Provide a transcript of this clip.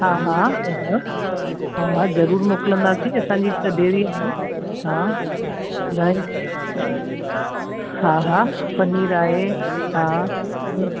हा हा ॿुधायो हा हा ज़रूरु मोकिलंदासीं असांजी त डेरी आहे हा इलाही हा हा पनीर आहे हा